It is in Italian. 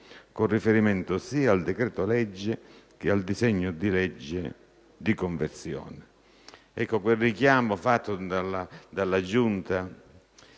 con riferimento sia al decreto-legge che al disegno di legge di conversione». Il richiamo al parere della Giunta